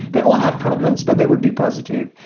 they all have problems, but they would be positive.